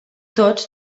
tots